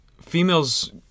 females